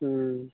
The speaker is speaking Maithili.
हूँ